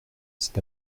cet